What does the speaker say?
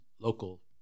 local